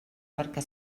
perquè